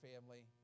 family